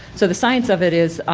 so, the science of it is,